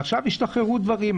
עכשיו השתחררו דברים.